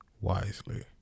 wisely